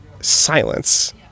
silence